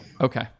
okay